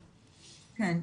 כן.